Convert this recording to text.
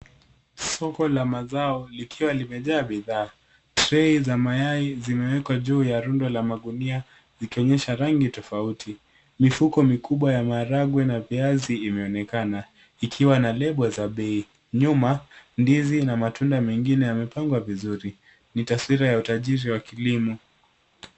Soko la mazao likiwa limejaa bidhaa. Trei za mayai zimewekwa juu ya rundo la magunia zikionyesha rangi tofauti. Mifuko mikubwa ya maharagwe na viazi imeonekana ikiwa na lebo za bei. Nyuma ndizi na matunda mengine yamepandwa vizuri .Ni taswira ya utajiri wa kilimo.